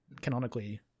canonically